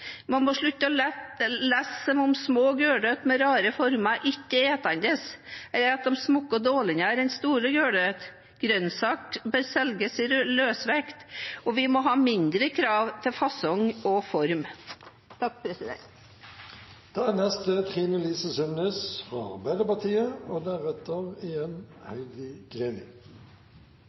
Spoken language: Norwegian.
Man må slutte å late som om små gulrøtter med rare former ikke er spiselige, at de smaker dårligere enn store gulrøtter. Grønnsaker bør selges i løs vekt, og vi må ha mindre krav til fasong og form. Anstendig arbeid og økonomisk vekst – bærekraftsmål nr. 8 lyder: «Å fremme varig, inkluderende og